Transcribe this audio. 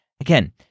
Again